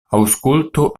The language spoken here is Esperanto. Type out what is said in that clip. aŭskultu